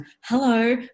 hello